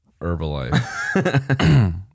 Herbalife